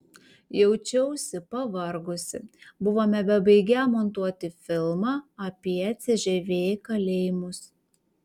jaučiausi pavargusi buvome bebaigią montuoti filmą apie cžv kalėjimus